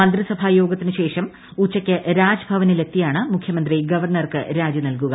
മന്ത്രിസഭാ യോഗത്തിനുശേഷം ഉച്ചയ്ക്ക് രാജ്ഭവനിലെത്തിയാണ് മുഖ്യമന്ത്രി ഗവർണർക്ക് രാജി നൽകുക